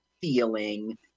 feeling